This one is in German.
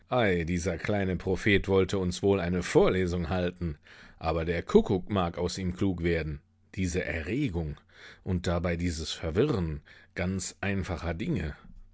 dieser kleine prophet wollte uns wohl eine vorlesung halten aber der kuckuck mag aus ihm klug werden diese erregung und dabei dieses verwirren ganz einfacher dinge